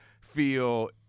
feel